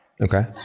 Okay